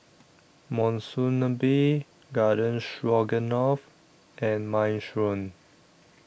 Monsunabe Garden Stroganoff and Minestrone